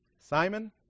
Simon